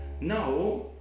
Now